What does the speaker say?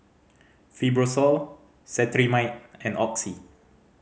Fibrosol Cetrimide and Oxy